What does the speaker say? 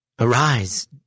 Arise